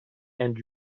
and